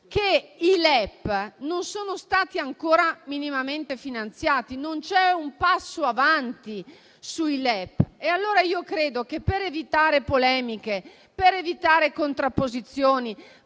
che i LEP non sono stati ancora minimamente finanziati. Non c'è un passo avanti sui LEP. Credo allora che, per evitare polemiche e contrapposizioni;